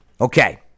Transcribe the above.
Okay